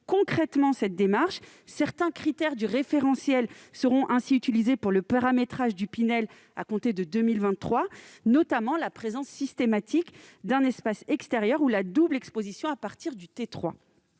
concrètement cette démarche. Certains critères du référentiel seront ainsi utilisés pour le paramétrage du dispositif Pinel à compter de 2023, notamment la présence systématique d'un espace extérieur ou la double exposition à partir du T3.